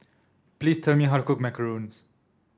please tell me how to cook Macarons